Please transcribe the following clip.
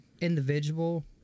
individual